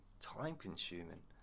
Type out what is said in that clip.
time-consuming